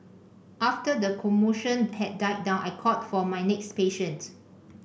after the commotion had died down I called for my next patient